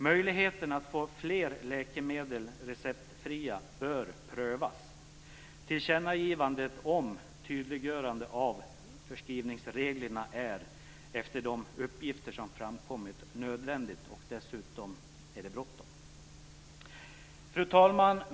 Möjligheten att få fler läkemedel receptfria bör prövas. Tillkännagivandet om tydliggörande av förskrivningsreglerna är nödvändigt, efter de uppgifter som framkommit, och dessutom är det bråttom. Fru talman!